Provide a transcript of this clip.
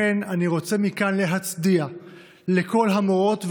לכן אני רוצה מכאן להצדיע לכל המורות והמורים.